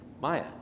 Maya